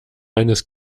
eines